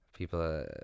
People